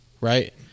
Right